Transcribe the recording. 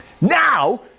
Now